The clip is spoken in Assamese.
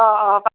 অঁ অঁ